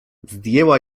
zdjęła